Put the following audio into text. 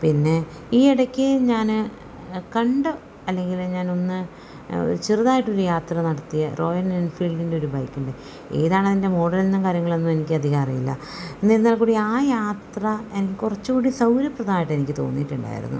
പിന്നെ ഈ ഇടയ്ക്ക് ഞാൻ കണ്ട് അല്ലെങ്കിൽ ഞാനൊന്ന് ചെറുതായിട്ടൊരു യാത്ര നടത്തിയ റോയൽ എൻഫീൽഡിൻ്റെ ഒരു ബൈക്കുണ്ട് ഏതാണതിൻ്റെ മോഡലെന്നൊന്നും കാര്യങ്ങളൊന്നും എനിക്ക് അധികം അറിയില്ല എന്നിരുന്നാൽ കൂടി ആ യാത്ര എനിക്ക് കുറച്ചുകൂടി സൗകര്യപ്രദമായിട്ട് എനിക്ക് തോന്നിട്ടുണ്ടായിരുന്നു